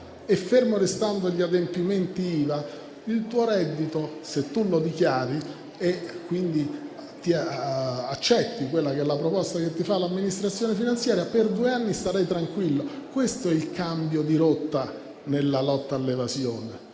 e, fermi restando gli adempimenti IVA, se lo dichiari e quindi accetti la proposta che ti fa l'amministrazione finanziaria, per due anni starai tranquillo». Questo è il cambio di rotta nella lotta all'evasione,